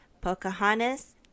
Pocahontas